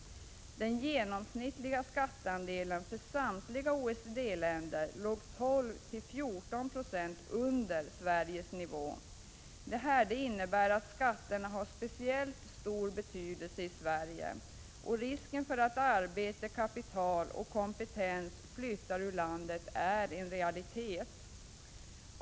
Den genomsnittliga skatteandelen för samtliga OECD-länder låg 12-14 96 under Sveriges nivå. Detta innebär att skatterna har speciellt stor betydelse i Sverige. Risken för att arbete, kapital och kompetens flyttar ur landet är en realitet.